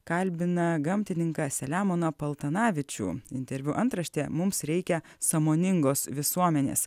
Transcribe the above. kalbina gamtininką selemoną paltanavičių interviu antraštė mums reikia sąmoningos visuomenės